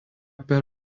per